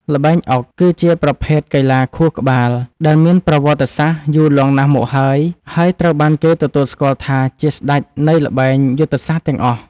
ល្បែងអុក គឺជាប្រភេទកីឡាខួរក្បាលដែលមានប្រវត្តិសាស្ត្រយូរលង់ណាស់មកហើយហើយត្រូវបានគេទទួលស្គាល់ថាជាស្តេចនៃល្បែងយុទ្ធសាស្ត្រទាំងអស់។